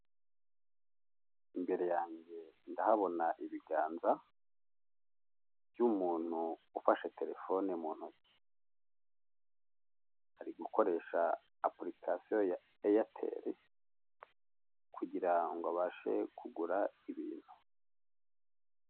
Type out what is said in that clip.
Imbere yanjye ndahabona ibiganza by'umuntu ufashe telefoni mu ntoki. Ari gukoresha application y’ Airtel kugirango abashe kugura ibintu.